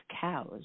cows